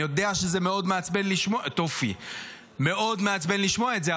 אני יודע שזה מאוד מעצבן לשמוע את זה,